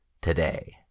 today